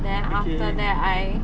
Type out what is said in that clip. then after that I